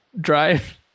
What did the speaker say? drive